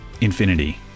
Infinity